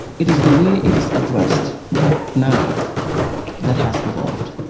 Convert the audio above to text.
it is the way it is addressed now that has evolved.